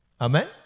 Amen